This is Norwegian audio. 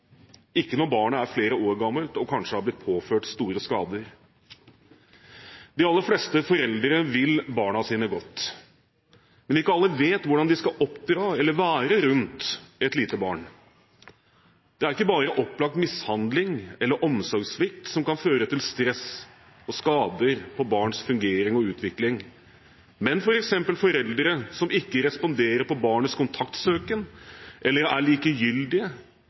ikke når barnet er flere år gammelt og kanskje har blitt påført store skader. De aller fleste foreldre vil barna sine godt, men ikke alle vet hvordan de skal oppdra eller være rundt et lite barn. Det er ikke bare opplagt mishandling eller omsorgssvikt som kan føre til stress og skader på barns fungering og utvikling, men f.eks. kan foreldre som ikke responderer på barnets kontaktsøken, eller er likegyldige